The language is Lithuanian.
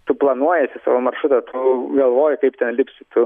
tu planuojiesi savo maršrutą tu galvoji kaip ten lipsi tu